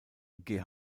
geh